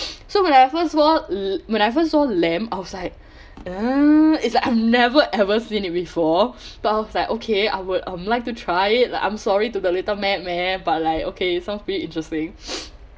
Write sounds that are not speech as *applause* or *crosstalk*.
*noise* so when I first saw l~ when I first saw lamb I was like uh is like I've never ever seen it before *breath* but I was like okay I would like to try it like I'm sorry to the little *noise* man but like okay sounds pretty interesting *noise*